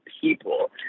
people